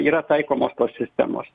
yra taikomos tos sistemos